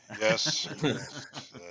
Yes